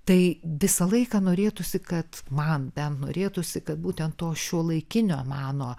tai visą laiką norėtųsi kad man bent norėtųsi kad būtent to šiuolaikinio meno